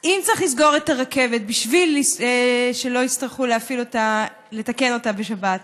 אם צריך לסגור את הרכבת בשביל שלא יצטרכו לתקן אותה בשבת.